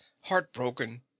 heartbroken